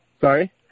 Sorry